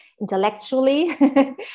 intellectually